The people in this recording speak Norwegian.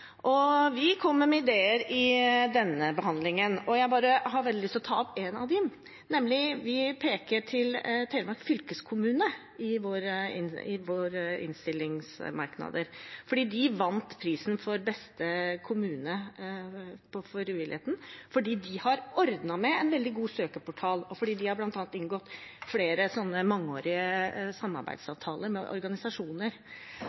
Vi kommer med ideer i denne behandlingen, og jeg har veldig lyst til å ta opp en av dem. Vi peker på Telemark fylkeskommune i våre innstillingsmerknader. De vant prisen for beste kommune når det gjelder frivilligheten, fordi de har ordnet med en veldig god søkeportal, og fordi de bl.a. har inngått flere mangeårige